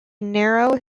narrow